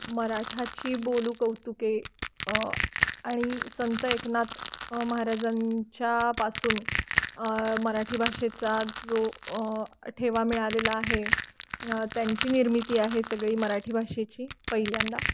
मराठाची बोलू कौतुके आणि संत एकनाथ महाराजांच्या पासून मराठी भाषेचा जो ठेवा मिळालेला आहे त्यांची निर्मिती आहे सगळी मराठी भाषेची पहिल्यांदा